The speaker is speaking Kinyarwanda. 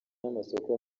n’amasoko